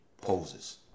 poses